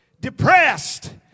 depressed